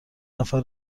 نفر